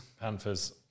Panthers